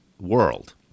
world